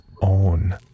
own